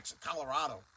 Colorado